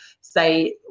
say